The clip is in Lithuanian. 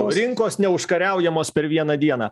rinkos neužkariaujamos per vieną dieną